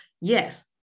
yes